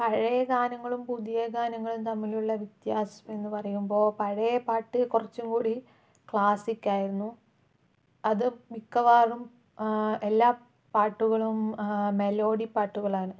പഴയ ഗാനങ്ങളും പുതിയ ഗാനങ്ങളും തമ്മിലുള്ള വ്യത്യാസം എന്ന് പറയുമ്പോൾ പഴയ പാട്ട് കുറച്ചുംകൂടി ക്ലാസിക് ആയിരുന്നു അത് മിക്കവാറും എല്ലാ പാട്ടുകളും മെലഡി പാട്ടുകൾ ആണ്